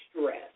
stress